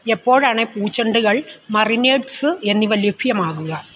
എപ്പോഴാണ് പൂച്ചെണ്ടുകൾ മറിനേഡ്സ് എന്നിവ ലഭ്യമാകുക